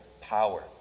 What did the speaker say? power